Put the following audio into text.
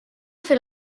fer